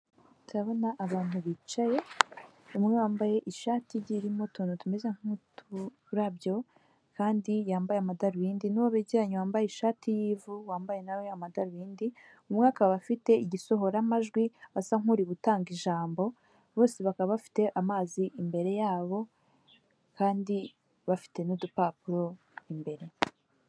Ndabona abantu bicaye umwe wambaye ishati igiye irimo utuntu tumeze nk'uturabyo kandi yambaye amadarubindi, n'uwo begeranye wambaye ishati y'ivu, wambaye na we amadarubindi, umwe akaba afite igisohoramajwi asa nk'uri gutanga ijambo, bose bakaba bafite amazi imbere yabo kandi bafite n'udupapuro imbere.